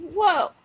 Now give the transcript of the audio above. whoa